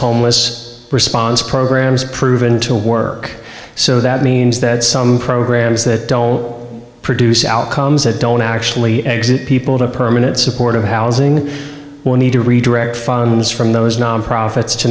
homeless response programs proven to work so that means that some programs that produce outcomes that don't actually exit people to permanent supportive housing or need to redirect funds from those nonprofits to